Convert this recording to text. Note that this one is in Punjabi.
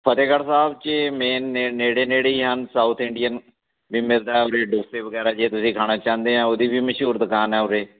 ਫਤਿਹਗੜ੍ਹ ਸਾਹਿਬ 'ਚ ਮੇਨ ਨੇ ਨੇੜੇ ਨੇੜੇ ਹੀ ਹਨ ਸਾਊਥ ਇੰਡੀਅਨ ਵੀ ਮਿਲਦਾ ਉਰੇ ਡੋਸੇ ਵਗੈਰਾ ਜੇ ਤੁਸੀਂ ਖਾਣਾ ਚਾਹੁੰਦੇ ਆ ਉਹਦੀ ਵੀ ਮਸ਼ਹੂਰ ਦੁਕਾਨ ਆ ਉਰੇ